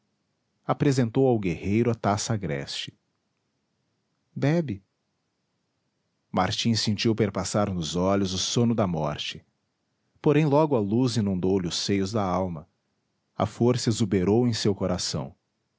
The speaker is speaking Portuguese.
apresentou ao guerreiro a taça agreste bebe martim sentiu perpassar nos olhos o sono da morte porém logo a luz inundou lhe os seios dalma a força exuberou em seu coração